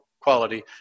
quality